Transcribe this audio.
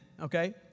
okay